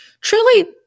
truly